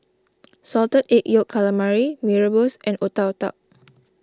Salted Egg Yolk Calamari Mee Rebus and Otak Otak